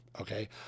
okay